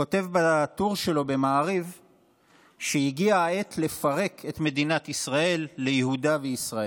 כותב בטור שלו במעריב שהגיעה העת לפרק את מדינת ישראל ליהודה וישראל.